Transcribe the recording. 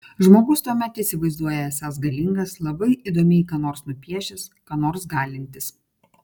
žmogus tuomet įsivaizduoja esąs galingas labai įdomiai ką nors nupiešęs ką nors galintis